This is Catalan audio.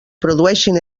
produeixin